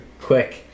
quick